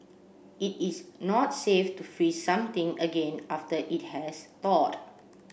it is not safe to freeze something again after it has thawed